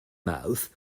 mouth